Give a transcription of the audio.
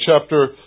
chapter